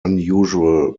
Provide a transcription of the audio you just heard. unusual